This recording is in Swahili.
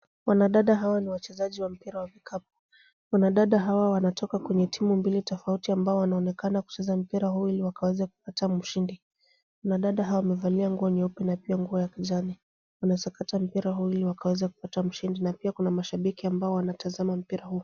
Wanadada hawa ni wachezajiwa mpira wa vikapu. Wanadada hawa wanatoka kwenye timu mbili tofauti ambao wanaonekana kucheza mpira huu ili wakaweze kupata mshindi. Wanadada hawa wamevalia nguo nyeupe na pia nguo ya kijani. Wanasakata mpira huu ili wakaweze kupata mshindi na pia kuna mashabiki ambao wanatazama mpira huu.